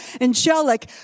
angelic